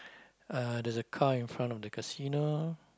uh there's a car in front of the casino